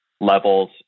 levels